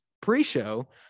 pre-show